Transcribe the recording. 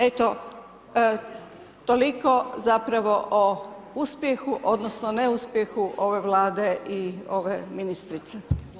Eto, toliko zapravo o uspjehu, odnosno neuspjehu ove Vlade i ove ministrice.